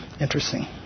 Interesting